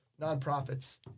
nonprofits